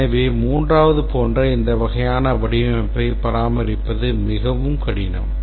எனவே 3வது போன்ற இந்த வகையான வடிவமைப்பை பராமரிப்பது மிகவும் கடினம்